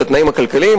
את התנאים הכלכליים,